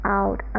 out